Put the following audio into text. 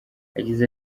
yagize